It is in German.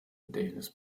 gedächtnis